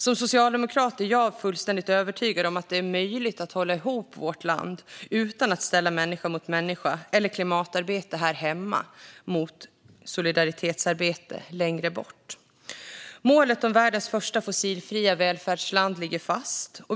Som socialdemokrat är jag fullständigt övertygad om att det är möjligt att hålla ihop vårt land utan att ställa människa mot människa eller klimatarbete här hemma mot solidaritetsarbete längre bort. Målet om världens första fossilfria välfärdsland ligger fast.